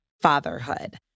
fatherhood